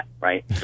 right